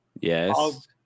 Yes